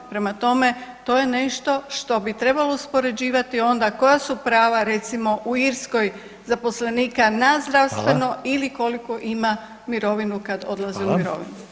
Prema tome, to je nešto što bi trebalo uspoređivati onda koja su prava recimo u Irskoj zaposlenika na zdravstveno ili koliku ima mirovinu kad odlazi u mirovinu.